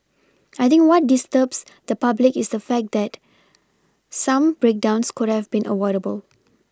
I think what disturbs the public is the fact that some breakdowns could have been avoidable